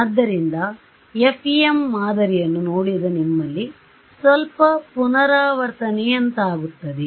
ಆದ್ದರಿಂದ FEM ಮಾದರಿಯನ್ನು ನೋಡಿದ ನಿಮ್ಮಲ್ಲಿ ಸ್ವಲ್ಪ ಪುನರಾವರ್ತನೆಯಂತಾಗುತ್ತದೆ